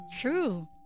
true